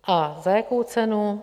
A za jakou cenu?